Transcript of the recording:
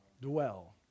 dwell